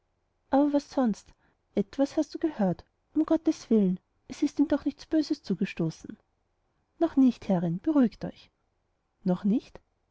aber was sonst etwas hast du gehört um gottes willen es ist ihm doch nichts böses zugestoßen noch nicht herrin beruhigt euch noch nicht